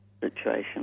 situation